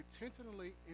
intentionally